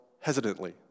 hesitantly